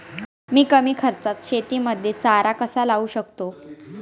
मी कमी खर्चात शेतीमध्ये चारा कसा लावू शकतो?